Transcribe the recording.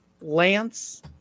Lance